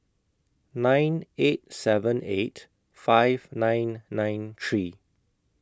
nine eight seven eight five nine nine three